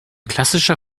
klassischer